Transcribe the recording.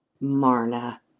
marna